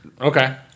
Okay